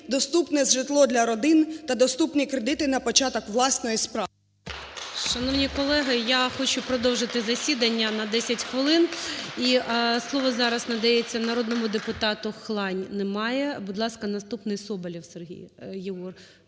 доступне житло для родин та доступні кредити на початок власної справи.